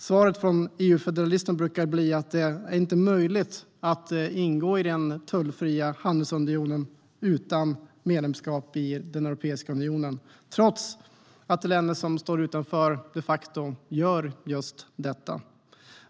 Svaret från EU-federalisten brukar bli att det inte är möjligt att ingå i den tullfria handelsunionen utan medlemskap i Europeiska unionen, trots att de länder som står utanför de facto gör just det.